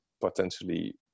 potentially